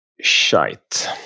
shite